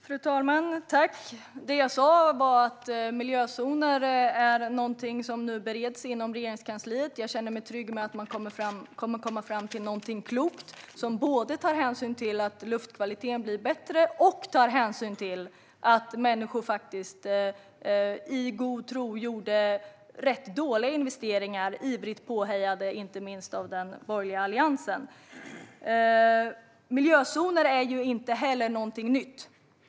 Fru talman! Det jag sa var att miljözoner är någonting som nu bereds inom Regeringskansliet. Jag känner mig trygg med att man kommer att komma fram till någonting klokt, som både tar hänsyn till att luftkvaliteten blir bättre och tar hänsyn till att människor i god tro gjorde rätt dåliga investeringar ivrigt påhejade av inte minst den borgerliga alliansen. Miljözoner är ju inte heller någonting nytt.